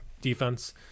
defense